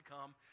come